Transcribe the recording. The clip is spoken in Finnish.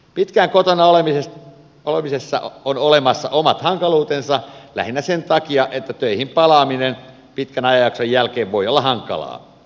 pitkään kotona olemisessa on olemassa omat hankaluutensa lähinnä sen takia että töihin palaaminen pitkän ajanjakson jälkeen voi olla hankalaa